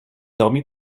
dormi